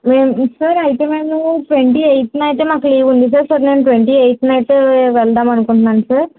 sir అయితే మేము twenty ఎయిత్ని అయితే మాకు లీవు ఉంది సార్ సో ట్వంటీ ఎయిత్ని అయితే వెళ్దాం అనుకుంటున్నాం సార్